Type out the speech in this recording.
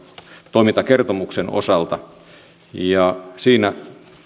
toimintakertomuksen osalta siinä